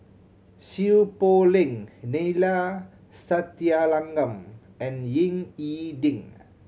Seow Poh Leng Neila Sathyalingam and Ying E Ding